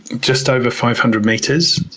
just over five hundred meters.